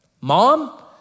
mom